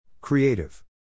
Creative